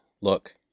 Look